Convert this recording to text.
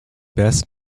best